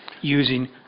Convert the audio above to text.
using